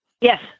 yes